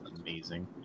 amazing